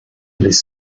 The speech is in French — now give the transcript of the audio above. les